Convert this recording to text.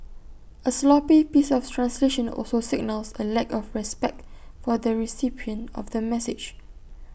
A sloppy piece of translation also signals A lack of respect for the recipient of the message